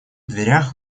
дверях